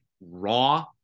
raw